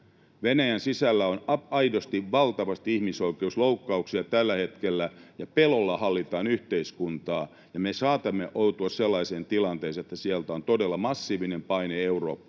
Venäjän sisällä on aidosti valtavasti ihmisoikeusloukkauksia tällä hetkellä ja pelolla hallitaan yhteiskuntaa, ja me saatamme joutua sellaiseen tilanteeseen, että sieltä on todella massiivinen paine Eurooppaan